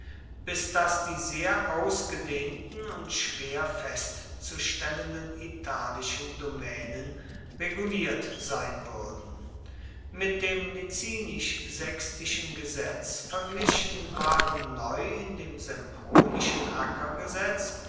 bis daß die sehr ausgedehnten und schwer festzustellenden italischen domänen reguliert sein würden mit dem licinisch sextischen gesetz verglichen waren neu in dem